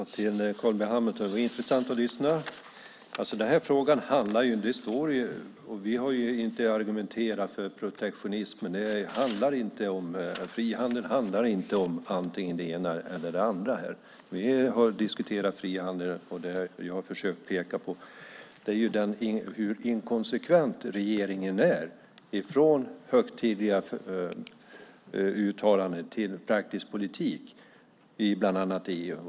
Herr talman! Det var intressant att lyssna på Carl B Hamilton. Vi har inte argumenterat för protektionism. Det handlar inte om att det ska vara antingen det ena eller det andra. Vi har diskuterat frihandel, och det jag har försökt peka på är hur inkonsekvent regeringen är. Det finns en stor skillnad mellan högtidliga uttalanden och praktisk politik i bland annat EU.